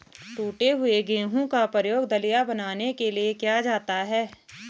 टूटे हुए गेहूं का प्रयोग दलिया बनाने के लिए किया जाता है